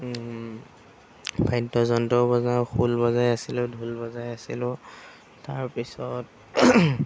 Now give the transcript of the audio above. বাদ্যযন্ত্ৰও বজাওঁ খোল বজাই আছিলোঁ ঢোল বজাই আছিলোঁ তাৰপিছত